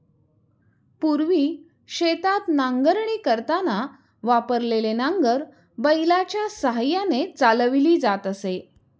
पूर्वी शेतात नांगरणी करताना वापरलेले नांगर बैलाच्या साहाय्याने चालवली जात असे